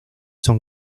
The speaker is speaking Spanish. son